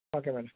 okay madam